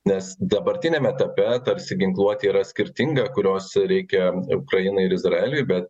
nes dabartiniam etape apsiginkluoti yra skirtinga kurios reikia ukrainai ir izraeliui bet